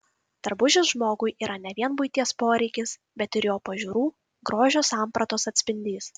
drabužis žmogui yra ne vien buities poreikis bet ir jo pažiūrų grožio sampratos atspindys